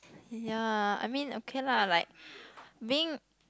ya I mean okay lah like being